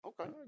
Okay